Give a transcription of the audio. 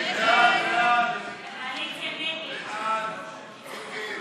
של חבר הכנסת יעקב פרי לסעיף 1 לא נתקבלה.